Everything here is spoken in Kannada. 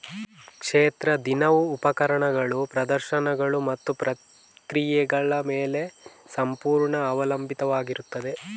ಕ್ಷೇತ್ರ ದಿನವು ಉಪಕರಣಗಳು, ಪ್ರದರ್ಶನಗಳು ಮತ್ತು ಪ್ರಕ್ರಿಯೆಗಳ ಮೇಲೆ ಸಂಪೂರ್ಣ ಅವಲಂಬಿತವಾಗಿರುತ್ತದೆ